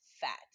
fat